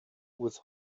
with